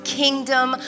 kingdom